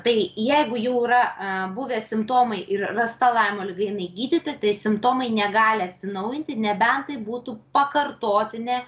tai jeigu jau yra buvę simptomai ir rasta laimo liga jinai gydyta tai simptomai negali atsinaujinti nebent tai būtų pakartotinė